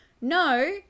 No